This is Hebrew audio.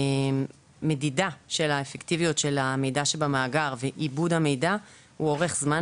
המדידה של האפקטיביות של המידע שבמאגר ועיבוד המידע אורך זמן